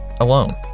alone